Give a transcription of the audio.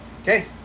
Okay